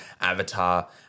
Avatar